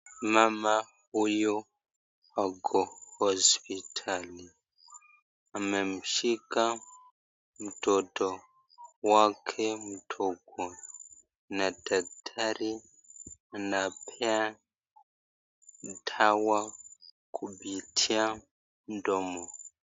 Mama huyu ako hospitali amemshika mtoto wake mndogo na daktari anaoea dawa kupitia mndomo.